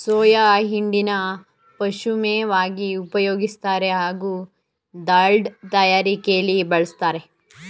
soya ಹಿಂಡಿನ ಪಶುಮೇವಾಗಿ ಉಪಯೋಗಿಸ್ತಾರೆ ಹಾಗೂ ದಾಲ್ಡ ತಯಾರಿಕೆಲಿ ಬಳುಸ್ತಾರೆ